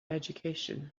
education